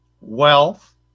wealth